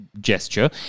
gesture